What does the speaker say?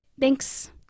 Thanks